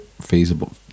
feasible